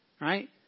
right